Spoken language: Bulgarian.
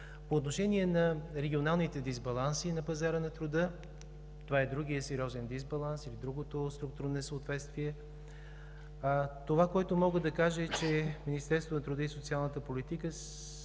По отношение на регионалните дисбаланси на пазара на труда – това е другият сериозен дисбаланс и другото структурно несъответствие. Това, което мога да кажа, е, че Министерството на труда и социалната политика